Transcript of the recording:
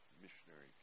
missionary